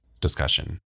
discussion